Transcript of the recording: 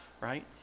right